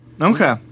Okay